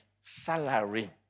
Salary